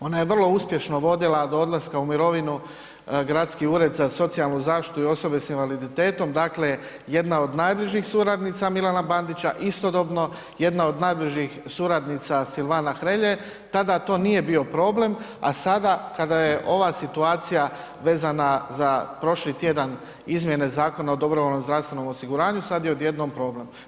Ona je vrlo uspješno vodila do odlaska u mirovinu Gradski ured za socijalnu zaštitu i osobe s invaliditetom, dakle jedna od najbližih suradnica Milana Bandića, istodobno jedna od najbližih suradnica Silvana Hrelje, tada to nije bio problem, a sada kada je ova situacija vezana za prošli tjedan izmjene Zakona o dobrovoljnom zdravstvenom osiguranju, sad je odjednom problem.